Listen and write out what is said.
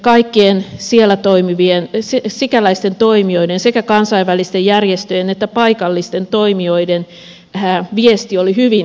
kaikkien sikäläisten toimijoiden sekä kansainvälisten järjestöjen että paikallisten toimijoiden viesti oli hyvin yksiselitteinen